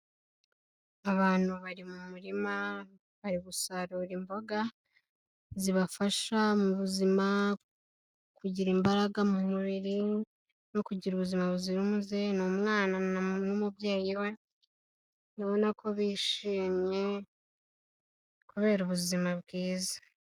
Abantu bari mu murima bari gusarura imboga zibafasha mu buzima kugira imbaraga mu mubiri no kugira ubuzima buzira umuze, ni umwana n'umubyeyi we ubona ko bishimye kubera ubuzima bwiza.